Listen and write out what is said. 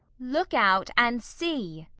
look out, and see.